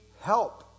help